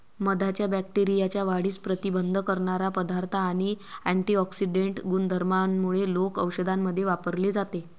मधाच्या बॅक्टेरियाच्या वाढीस प्रतिबंध करणारा पदार्थ आणि अँटिऑक्सिडेंट गुणधर्मांमुळे लोक औषधांमध्ये वापरले जाते